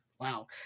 wow